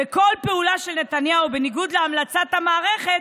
וכל פעולה של נתניהו בניגוד להמלצת המערכת